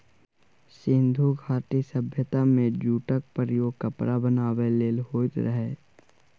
सिंधु घाटी सभ्यता मे जुटक प्रयोग कपड़ा बनाबै लेल होइत रहय